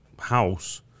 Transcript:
house